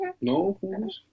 No